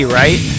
right